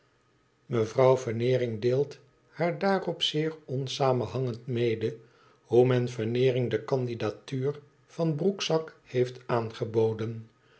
mevrouw veneering deelt haar daarop zeer onsamenhangend mede hoe men veneering de candidatuur van broekzak heeft aangeboden